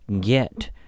get